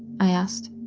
i asked.